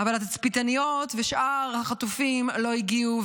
אבל התצפיתניות ושאר החטופים לא הגיעו,